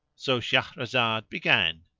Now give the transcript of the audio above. so shahrazad began,